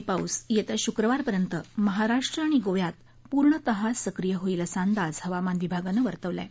नैऋत्य मोसमी पाऊस येत्या शुक्रवारपर्यंत महाराष्ट्र आणि गोव्यात पूर्णतः सक्रीय होईल असा अंदाज हवामान विभागानं वर्तवला आहे